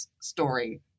story